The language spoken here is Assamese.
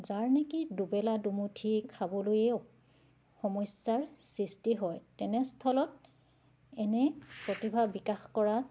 যাৰ নেকি দুবেলা দুমুঠি খাবলৈও সমস্যাৰ সৃষ্টি হয় তেনেস্থলত এনে প্ৰতিভা বিকাশ কৰাত